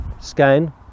scan